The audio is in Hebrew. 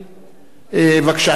בבקשה,